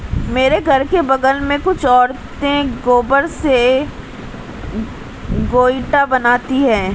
मेरे घर के बगल में कुछ औरतें गोबर से गोइठा बनाती है